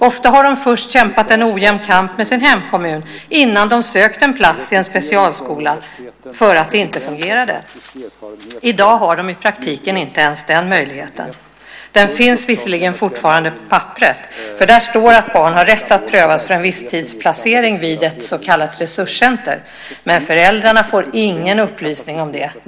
Innan föräldrarna sökt en plats i en specialskola har de ofta först kämpat en ojämn kamp med sin hemkommun för att det inte fungerade där. I dag finns i praktiken inte ens den möjligheten. Visserligen finns den fortfarande på papperet, där det sägs att barn har rätt att prövas för en visstidsplacering vid ett så kallat resurscenter, men föräldrarna får ingen upplysning om det.